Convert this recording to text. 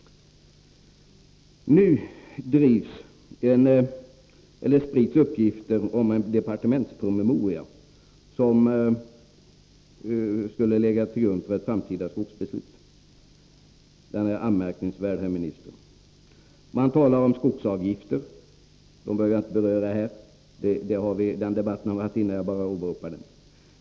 Nu sprids emellertid uppgifter om en departementspromemoria som skulle kunna ligga till grund för ett framtida skogsbeslut. Denna promemoria är anmärkningsvärd, herr minister. I promemorian talas om skogsavgifter. Dem behöver jag inte beröra här. Den debatten har vi fört tidigare, så jag bara åberopar den.